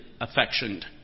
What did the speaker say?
affectioned